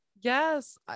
yes